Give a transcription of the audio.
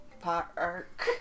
park